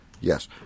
Yes